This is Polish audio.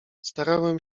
starałem